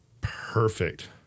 perfect